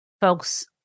folks